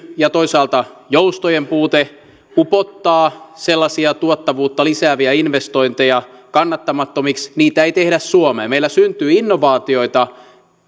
ja toisaalta joustojen puute upottavat sellaisia tuottavuutta lisääviä investointeja kannattamattomiksi niitä ei tehdä suomeen meillä syntyy innovaatioita